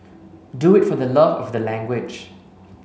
do it for the love of the language